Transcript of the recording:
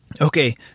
Okay